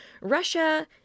Russia